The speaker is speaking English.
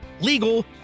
legal